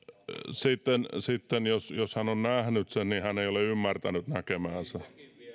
sitten sitten jos jos hän on nähnyt sen niin hän ei ole ymmärtänyt näkemäänsä